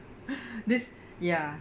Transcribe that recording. this ya